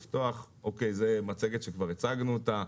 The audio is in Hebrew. זאת מצגת שכבר הצגנו אותה.